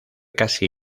casi